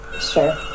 Sure